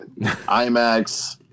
imax